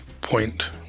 point